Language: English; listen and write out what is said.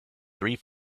three